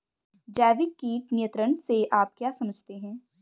जैविक कीट नियंत्रण से आप क्या समझते हैं?